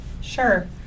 Sure